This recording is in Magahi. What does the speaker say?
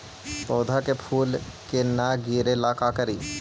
पौधा के फुल के न गिरे ला का करि?